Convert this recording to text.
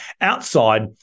outside